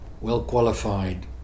well-qualified